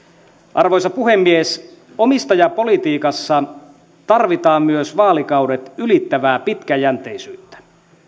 arvoisa puhemies omistajapolitiikassa tarvitaan myös vaalikaudet ylittävää pitkäjänteisyyttä